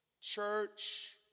Church